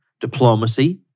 diplomacy